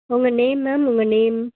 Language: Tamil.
உங்கள் நேம் மேம் உங்கள் நேம்